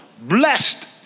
Blessed